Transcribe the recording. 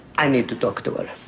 i need to talk and like